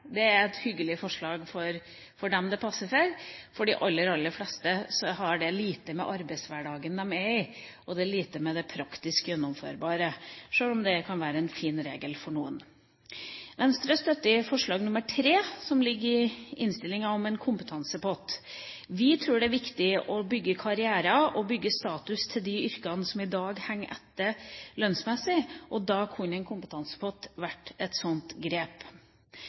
Det er et hyggelig forslag for dem det passer for. For de aller, aller fleste har det lite å gjøre med arbeidshverdagen de er i, og lite å gjøre med det praktisk gjennomførbare, sjøl om regelen kan være fin for noen. Venstre støtter forslag nr. 3, som foreligger i innstillingen, om en kompetansepott. Vi tror det er viktig å bygge karrierer i og heve status for de yrkene som i dag henger etter lønnsmessig. En kompetansepott kunne være et sånt grep.